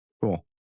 Cool